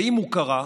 ואם הוא קרא,